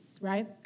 right